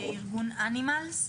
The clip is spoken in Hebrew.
ארגון "אנימלס".